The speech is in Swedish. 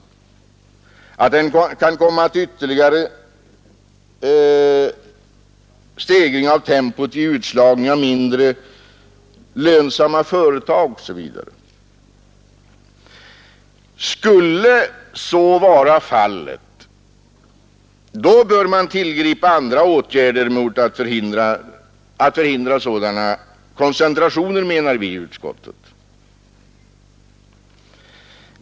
Sammanslagningen anses också kunna ytterligare stegra tempot i utslagningen av mindre lönsamma företag. Skulle så vara fallet bör man enligt utskottets mening tillgripa andra åtgärder för att förhindra sådana koncentrationer.